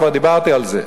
כבר דיברתי על זה.